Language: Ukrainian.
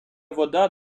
вода